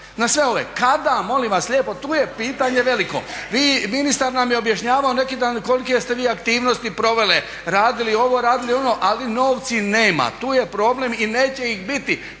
na sve ove. Kada, molim vas lijepo, tu je pitanje veliko? Ministar nam je objašnjavao neki dan koliko ste vi aktivnosti provele, radili ovo, radili ono, ali novci nema, tu je problem i neće ih biti,